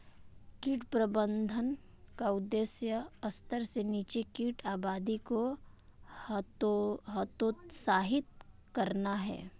कीट प्रबंधन का उद्देश्य स्तर से नीचे कीट आबादी को हतोत्साहित करना है